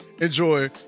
enjoy